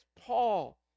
Paul